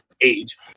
age